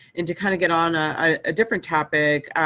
and to kind of get on a different topic,